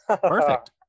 Perfect